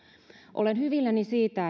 olen hyvilläni siitä